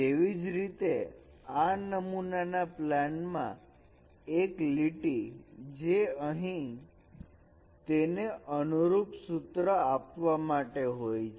તેવી જ રીતે આ નમૂના પ્લેન માં એક લીટી જે અહીં તેને અનુરૂપ સૂત્ર આપવા માટે હોય છે